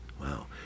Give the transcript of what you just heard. Wow